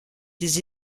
des